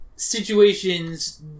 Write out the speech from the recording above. Situations